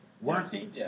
worthy